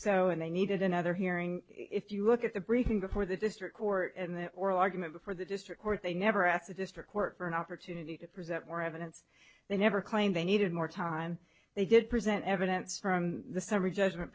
so and they needed another hearing if you look at the briefing before the district court and the oral argument before the district court they never asked the district court for an opportunity to present more evidence they never claimed they needed more time they did present evidence from the summary judgment